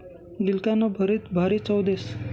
गिलकानं भरीत भारी चव देस